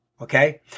Okay